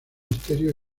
misterios